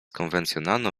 konwencjonalno